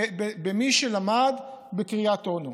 במי שלמד בקריית אונו,